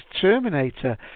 Terminator